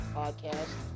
podcast